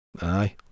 Aye